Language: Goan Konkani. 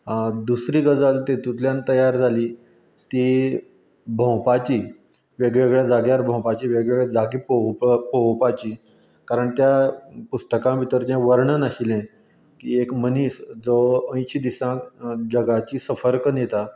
दुसरी गजाल तेतूंतल्यान तयार जाली तीं भोंवपाची वेगळे वेगळ्या जाग्यार भोंवपाची वेगळे वेगळे जागे पळोवपा पळोवपाची कारण त्या पुस्तकां भितर जें वर्णन आशिल्लें की एक मनीस अंयशीं दिसांत जगाची सफर करून येता